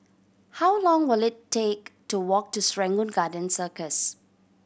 how long will it take to walk to Serangoon Garden Circus